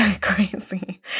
crazy